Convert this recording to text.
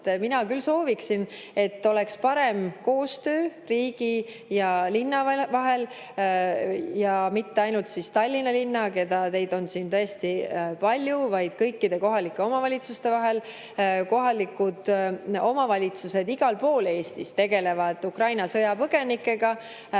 Mina küll sooviksin, et oleks parem koostöö riigi ja linna vahel – ja mitte ainult [riigi ja] Tallinna linna vahel, [mille esindajaid] on siin tõesti palju, vaid kõikide kohalike omavalitsuste vahel. Kohalikud omavalitsused igal pool Eestis tegelevad Ukraina sõjapõgenikega